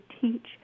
teach